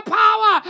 power